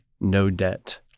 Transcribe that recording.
no-debt